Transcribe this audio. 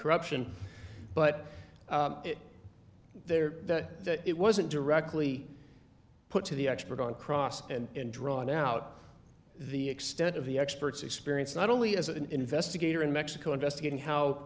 corruption but there that it wasn't directly put to the expert on cross and drawn out the extent of the experts experience not only as an investigator in mexico investigating how